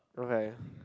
okay